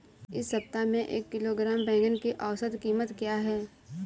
इस सप्ताह में एक किलोग्राम बैंगन की औसत क़ीमत क्या है?